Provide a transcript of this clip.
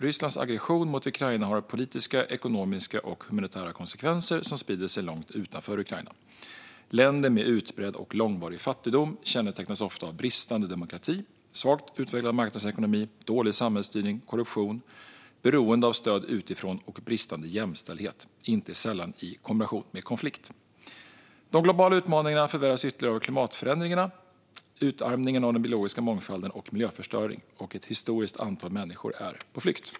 Rysslands aggression mot Ukraina har politiska, ekonomiska och humanitära konsekvenser som sprider sig långt utanför Ukraina. Länder med utbredd och långvarig fattigdom kännetecknas ofta av bristande demokrati, svagt utvecklad marknadsekonomi, dålig samhällsstyrning, korruption, beroende av stöd utifrån och bristande jämställdhet - inte sällan i kombination med konflikt. De globala utmaningarna förvärras ytterligare av klimatförändringarna, utarmning av den biologiska mångfalden och miljöförstöring. Ett historiskt stort antal människor är på flykt.